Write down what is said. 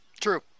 true